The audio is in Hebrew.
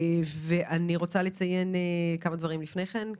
אני רוצה לציין כמה דברים לפני כן.